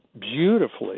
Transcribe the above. beautifully